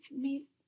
meet